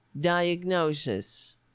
diagnosis